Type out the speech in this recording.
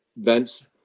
events